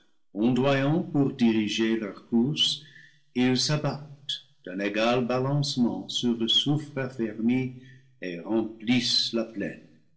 ondoyant pour diriger leur course ils s'abattent d'un égal balancement sur le soufre affermi et remplissent la plaine